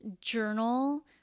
journal